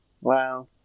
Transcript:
Wow